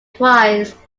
twice